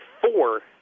four